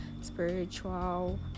spiritual